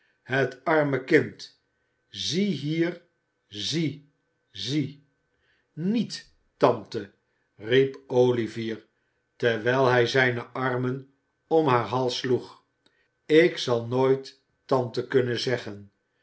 het arme kind ziehier zie zie niet tante riep olivier terwijl hij zijne armen om haar hals sloeg ik zal nooit tante kunnen zeggen